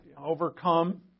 Overcome